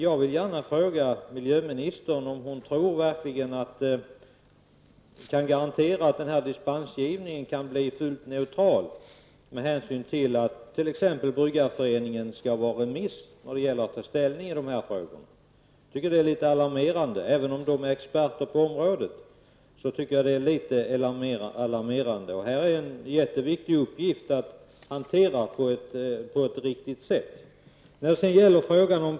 Jag vill gärna fråga miljöministern om hon verkligen tror att denna dispensgivning kan bli fullt neutral med tanke på att t.ex. Bryggarföreningen skall vara remissinstans när man skall ta ställning till dessa frågor. Det tycker jag är litet alarmerande, även om man är expert på området. Det är en viktig uppgift att hantera detta på ett riktigt sätt.